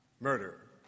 Murder